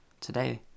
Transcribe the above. Today